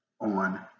on